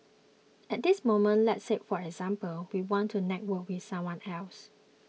at this moment let's say for example we want to network with someone else